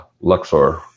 Luxor